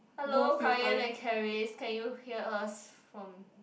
hello Kai Yan and Carris can you hear us from